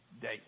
date